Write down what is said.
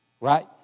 Right